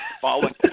following